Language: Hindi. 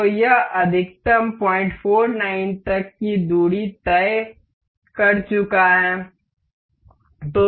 तो यह अधिकतम 049 तक की दूरी तय कर चुका है